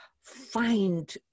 find